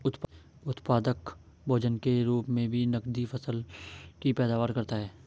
उत्पादक भोजन के रूप मे भी नकदी फसल की पैदावार करता है